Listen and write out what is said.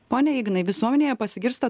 pone ignai visuomenėje pasigirsta